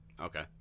Okay